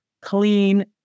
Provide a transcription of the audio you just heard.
clean